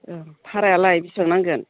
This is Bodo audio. भारायालाय बेसेबां नांगोन